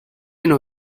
نوع